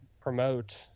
promote